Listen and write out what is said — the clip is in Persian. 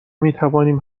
میتوانیم